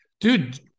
Dude